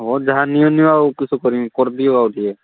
ହଉ ଯାହା ନିଅ ନିଅ ଆଉ କିସ କରିମି କରିଦିଅ ଆଉ ଟିକିଏ